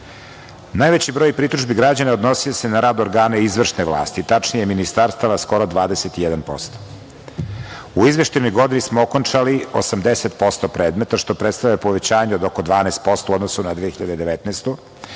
godinu. Najveći broj pritužbi građana odnosio se na rad organa izvršne vlasti, tačnije ministarstava skoro 21%. U izveštajnoj godini smo okončali 80% predmeta, što predstavlja povećanje od oko 12% u odnosu na 2019.